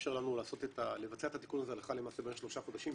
שיאפשר לנו לבצע את התיקון הזה הלכה למעשה במשך שלושה חודשים.